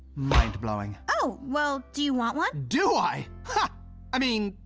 mind-blowing. oh, well, do you want one? do i! ha! i mean,